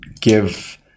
give